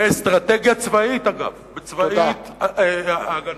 באסטרטגיה צבאית, אגב, צבאית הגנתית,